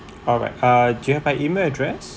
alright uh do you have my email address